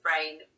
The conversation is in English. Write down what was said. brain